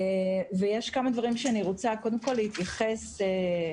יש כמה דברים שאני רוצה להתייחס אליהם.